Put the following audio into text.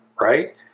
right